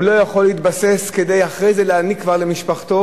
הוא לא יכול להתבסס כדי אחרי זה להעניק למשפחתו,